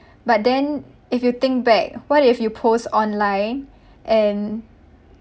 but then if you think back what if you post online and